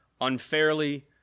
unfairly